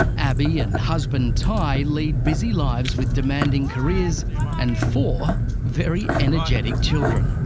abii and husband ty lead busy lives with demanding careers and four very energetic children.